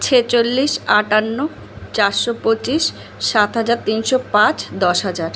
ছেচল্লিশ আটান্ন চারশো পঁচিশ সাত হাজার তিনশো পাঁচ দশ হাজার